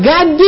God